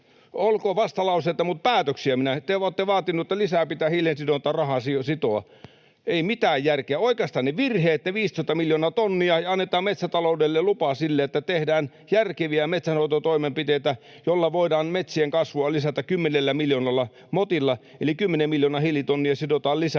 Olkoon vastalauseita, mutta päätöksiä... Te olette vaatineet, että lisää pitää hiilensidontaan rahaa sitoa. Ei mitään järkeä. Oikaistaan ne virheet, se 500 miljoonaa tonnia, ja annetaan metsätaloudelle lupa siihen, että tehdään järkeviä metsänhoitotoimenpiteitä, joilla voidaan metsien kasvua lisätä 10 miljoonalla motilla eli 10 miljoonaa hiilitonnia sidotaan lisää.